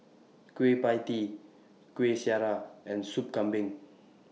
Kueh PIE Tee Kueh Syara and Soup Kambing